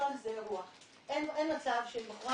אין מצב שבחורה